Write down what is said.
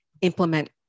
implement